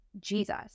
Jesus